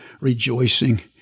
Rejoicing